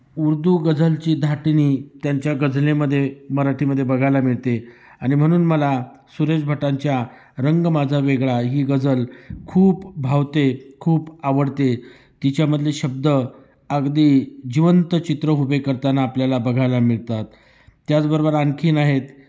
उर्दू गझलची धाटणी त्यांच्या गझलेमध्ये मराठीमध्ये बघायला मिळते आणि म्हणून मला सुरेश भटांच्या रंग माझा वेगळा ही गजल खूप भावते खूप आवडते तिच्यामधले शब्द अगदी जिवंत चित्र उभे करताना आपल्याला बघायला मिळतात त्याचबरोबर आणखीन आहेत